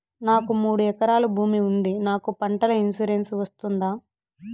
నాకు మూడు ఎకరాలు భూమి ఉంది నాకు పంటల ఇన్సూరెన్సు వస్తుందా?